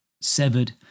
severed